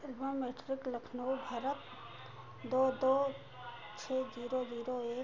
ऊहा मीट्रिक लखनऊ भारत दो दो छः जीरो जीरो एक